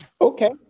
Okay